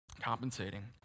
Compensating